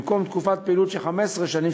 במקום תקופת פעילות של 15 שנים,